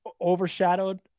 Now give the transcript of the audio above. overshadowed